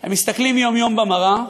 הם מסתכלים יום-יום במראה